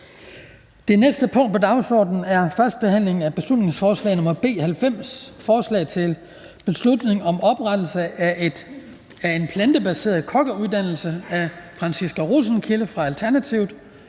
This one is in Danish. Det næste punkt på dagsordenen er: 11) 1. behandling af beslutningsforslag nr. B 90: Forslag til folketingsbeslutning om oprettelse af en plantebaseret kokkeuddannelse. Af Franciska Rosenkilde (ALT) m.fl.